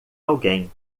alguém